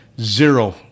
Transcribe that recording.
Zero